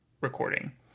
recording